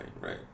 right